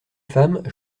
femmes